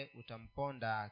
utamponda